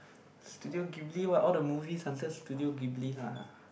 Studio-Kimbley what all the movies under Studio-Kimbley lah